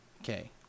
Okay